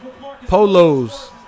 polos